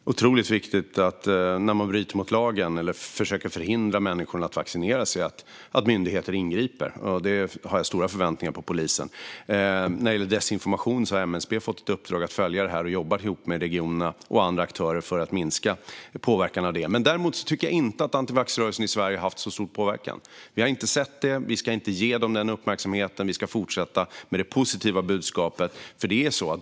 Herr talman! Det är otroligt viktigt att myndigheter ingriper när någon bryter mot lagen eller försöker förhindra människor från att vaccinera sig. Jag har stora förväntningar på polisen när det gäller det. När det gäller desinformation har MSB fått i uppdrag att följa detta och jobba ihop med regionerna och andra aktörer för att minska påverkan. Däremot tycker jag inte att antivaxx-rörelsen i Sverige haft så stor påverkan. Vi har inte sett det, vi ska inte ge dem den uppmärksamheten och vi ska fortsätta med det positiva budskapet.